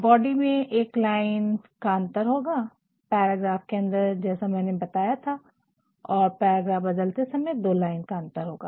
body में एक line का अंतर होगा पैराग्राफ के अंदर जैसा की मैंने बताया था और पैराग्राफ बदलते समय दो लाइन का अंतर होगा